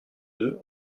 deux